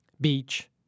Beach